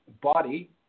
body